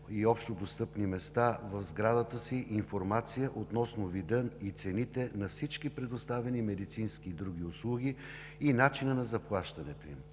и общодостъпни места в сградата си информация относно вида и цените на всички предоставяни медицински и други услуги и за начина на заплащането им.